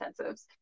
intensives